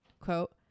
quote